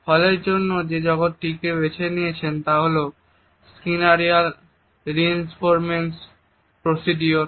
হল এর জন্য যে জগৎ টিকে বেছে নিয়েছেন তা হল স্কিনারিয়ান রিইনফোর্সমেন্ট প্রসিডিওর